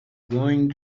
going